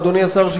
אדוני השר,